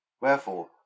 Wherefore